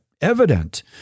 evident